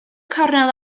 cornel